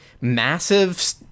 massive